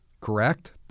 correct